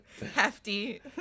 Hefty